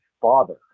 father